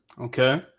okay